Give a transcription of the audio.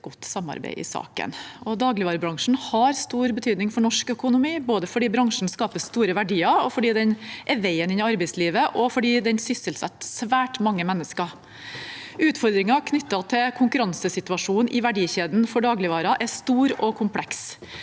godt samarbeid i saken. Dagligvarebransjen har stor betydning for norsk økonomi, både fordi bransjen skaper store verdier, fordi den er veien inn i arbeidslivet, og fordi den sysselsetter svært mange mennesker. Utfordringen knyttet til konkurransesituasjonen i verdikjeden for dagligvarer er stor og kompleks.